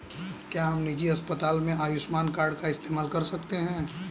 क्या हम निजी अस्पताल में आयुष्मान कार्ड का इस्तेमाल कर सकते हैं?